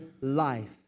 life